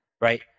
right